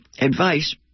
advice